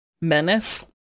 menace